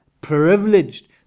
privileged